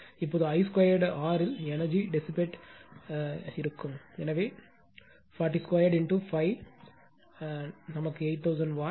இப்போது I2 R இல் energy decibel இருக்கும் எனவே 40 2 5 8000 Watts8 kilo watt